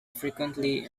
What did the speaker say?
frequently